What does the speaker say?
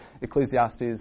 Ecclesiastes